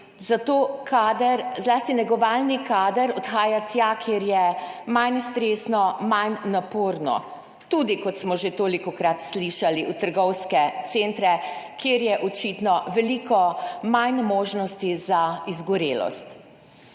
zlasti negovalni kader odhaja tja, kjer je manj stresno, manj naporno, tudi, kot smo že tolikokrat slišali, v trgovske centre, kjer je očitno veliko manj možnosti za izgorelost.